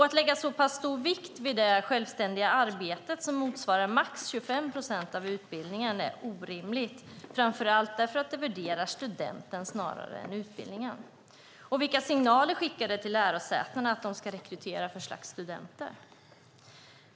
Att lägga så pass stor vikt vid det självständiga arbetet som motsvarar max 25 procent av utbildningen är orimligt framför allt därför att det värderar studenten snarare än utbildningen. Vilka signaler skickar det till lärosätena om vilket slags studenter de ska rekrytera?